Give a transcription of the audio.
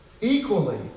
Equally